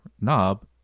knob